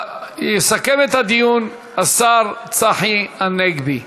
יסכם את הדיון השר צחי הנגבי.